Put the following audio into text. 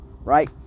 right